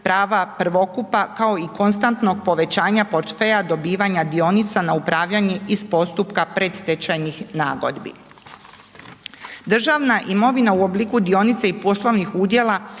prava prvokupa, kao i konstantnog povećanja portfelja dobivanja dionica na upravljanje iz postupka predstečajnih nagodbi. Državna imovina u obliku dionica i poslovnih udjela